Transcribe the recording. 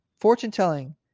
fortune-telling